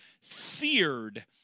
seared